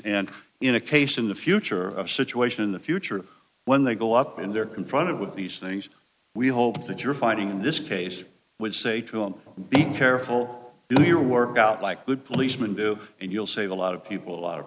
and in a case in the future a situation in the future when they go up and they're confronted with these things we hope that you're finding in this case would say to him be careful do your work out like good policemen do and you'll save a lot of people a lot of